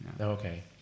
Okay